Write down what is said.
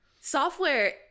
software